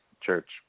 church